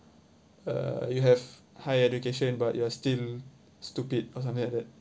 uh you have high education but you are still stupid or something like that